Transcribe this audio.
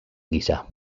gisa